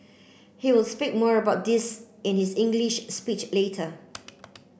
he will speak more about this in his English speech later